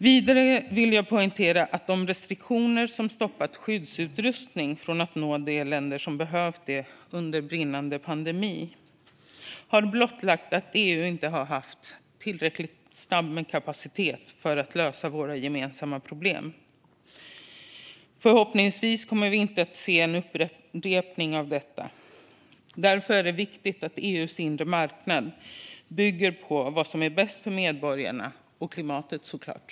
Vidare vill jag poängtera att de restriktioner som stoppat skyddsutrustning från att nå de länder som behövt den under brinnande pandemi har blottlagt att EU inte har haft tillräckligt snabb kapacitet för att lösa våra gemensamma problem. Förhoppningsvis kommer vi inte att se en upprepning av detta. Men det är viktigt att EU:s inre marknad bygger på det som är bäst för medborgarna och såklart även klimatet.